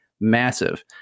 massive